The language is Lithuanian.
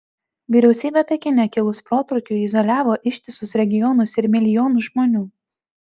vyriausybė pekine kilus protrūkiui izoliavo ištisus regionus ir milijonus žmonių